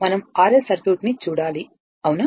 మనం RL circuit ని చూడాలి అవునా